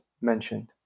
mentioned